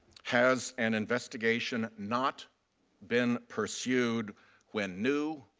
has an investigation not been pursued when new,